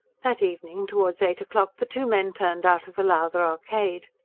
that evening towards eight o'clock the two men turned out of the lowther arcade.